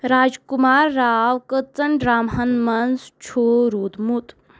راجکمار راؤ کٔژَن ڈراماہن منز چھُ روٗدمُت